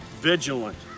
vigilant